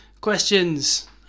questions